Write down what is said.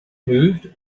moved